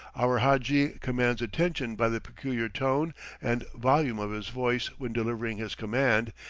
our hadji commands attention by the peculiar tone and volume of his voice when delivering his commands,